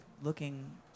looking